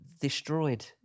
destroyed